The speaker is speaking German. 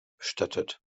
bestattet